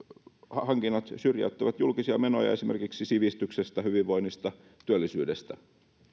hankinnat syrjäyttävät julkisia menoja esimerkiksi sivistyksestä hyvinvoinnista työllisyydestä